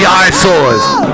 eyesores